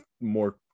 more